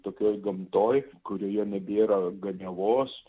tokioj gamtoj kurioje nebėra ganiavos